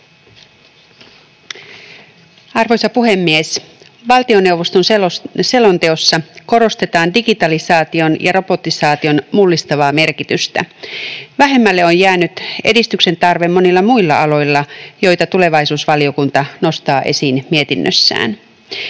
Arvoisa puhemies! Valtioneuvoston selonteossa korostetaan digitalisaation ja robotisaation mullistavaa merkitystä. Vähemmälle on jäänyt edistyksen tarve monilla muilla aloilla, joita tulevaisuusvaliokunta nostaa esiin mietinnössään.